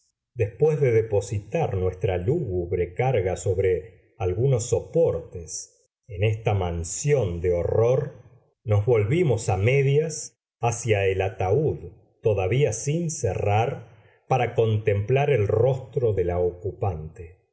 después de depositar nuestra lúgubre carga sobre algunos soportes en esta mansión de horror nos volvimos a medias hacia el ataúd todavía sin cerrar para contemplar el rostro de la ocupante